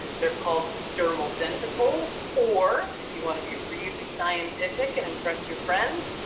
they're called dermal denticles. or if you want to be really scientific and impress your friends,